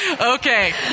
Okay